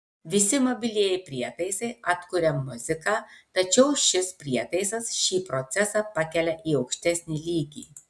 visi mobilieji prietaisai atkuria muziką tačiau šis prietaisas šį procesą pakelia į aukštesnį lygį